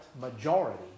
majority